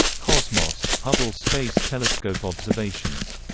cosmos hubble space telescope observations.